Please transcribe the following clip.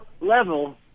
level